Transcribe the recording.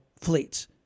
fleets